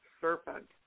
Serpent